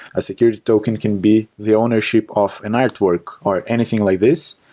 a security token can be the ownership of an artwork, or anything like this.